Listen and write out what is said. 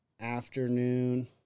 afternoon